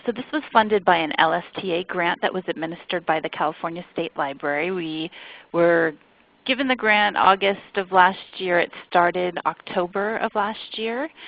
this was funded by an lsta grant that was administered by the california state library. we were given the grant august of last year. it started october of last year.